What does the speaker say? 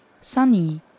Sunny